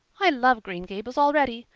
i love green gables already,